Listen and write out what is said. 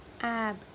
Ab